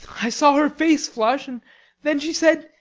i saw her face flush, and then she said,